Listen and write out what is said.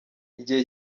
igihe